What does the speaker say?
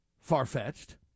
far-fetched